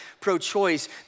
pro-choice